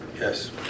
Yes